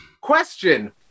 Question